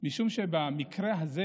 משום שבמקרה הזה